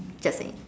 just saying